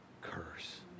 curse